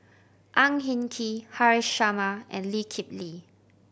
Ang Hin Kee Haresh Sharma and Lee Kip Lee